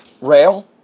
rail